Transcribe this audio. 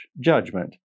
judgment